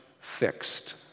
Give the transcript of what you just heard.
fixed